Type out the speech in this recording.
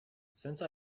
since